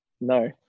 No